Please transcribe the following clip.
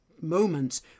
moments